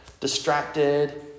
Distracted